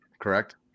Correct